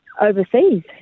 overseas